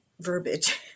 verbiage